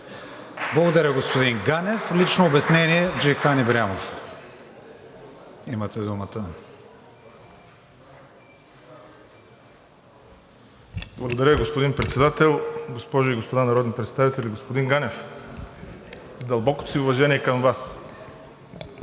Благодаря, господин Ганев. Лично обяснение – Джейхан Ибрямов. Имате думата. ДЖЕЙХАН ИБРЯМОВ (ДПС): Благодаря, господин Председател. Госпожи и господа народни представители, господин Ганев, с дълбокото си уважение към Вас,